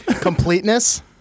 Completeness